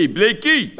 Blakey